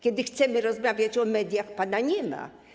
Kiedy chcemy rozmawiać o mediach, pana nie ma.